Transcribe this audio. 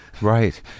right